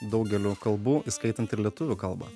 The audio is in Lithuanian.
daugeliu kalbų įskaitant ir lietuvių kalbą